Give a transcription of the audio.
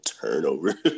turnover